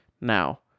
now